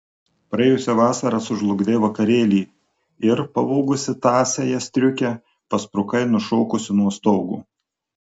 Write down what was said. praėjusią vasarą sužlugdei vakarėlį ir pavogusi tąsiąją striukę pasprukai nušokusi nuo stogo